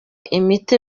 imiti